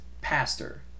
pastor